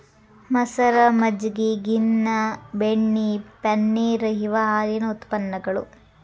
ಮಸರ, ಮಜ್ಜಗಿ, ಗಿನ್ನಾ, ಬೆಣ್ಣಿ, ಪನ್ನೇರ ಇವ ಹಾಲಿನ ಉತ್ಪನ್ನಗಳು